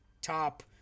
top